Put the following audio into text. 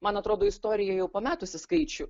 man atrodo istorija jau pametusi skaičių